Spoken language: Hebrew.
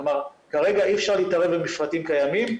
כלומר כרגע אי אפשר להתערב במפרטים קיימים,